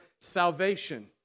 salvation